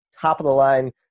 top-of-the-line